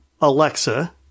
Alexa